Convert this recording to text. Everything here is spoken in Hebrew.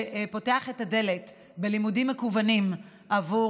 הוא פותח את הדלת בלימודים מקוונים עבור